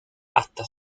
hasta